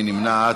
מי נמנע?